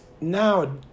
Now